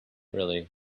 really